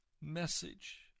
message